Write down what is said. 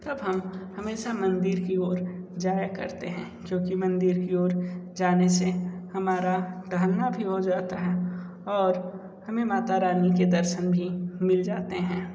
तब हम हमेशा मंदिर की और जाया करते हैं क्योंकि मंदिर की ओर जाने से हमारा टहलना भी हो जाता है और हमें माता रानी के दर्शन भी मिल जाते हैं